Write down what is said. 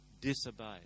disobeyed